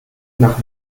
nach